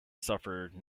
suffered